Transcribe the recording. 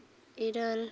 ᱤᱨᱟᱹᱞ